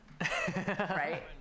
Right